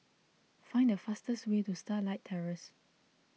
find the fastest way to Starlight Terrace